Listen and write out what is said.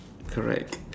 correct